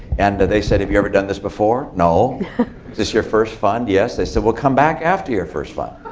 and they said, have you ever done this before? no. is this your first fund? yes. they said, well, come back after your first fund.